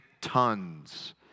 tons